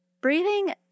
Breathing